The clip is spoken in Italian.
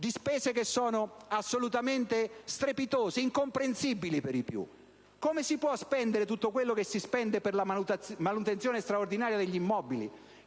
a spese che sono assolutamente strepitose e incomprensibili per i più. Come si può spendere tutto quello che si spende per la manutenzione straordinaria degli immobili,